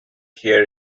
hair